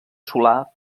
solà